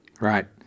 Right